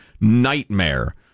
nightmare